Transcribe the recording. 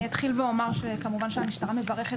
אני אתחיל ואומר שהמשטרה כמובן מברכת